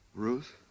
Ruth